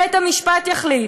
בית-המשפט יחליט.